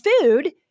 food